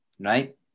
right